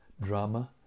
drama